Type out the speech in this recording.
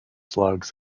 slugs